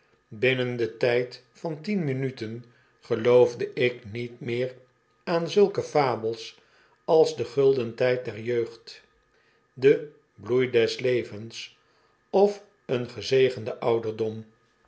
binnen den tijd van tien minuten geloofde ik niet meer aan zulke fabels als de gulden tijd der jeugd den bloei des levens of een gezegende ouderdom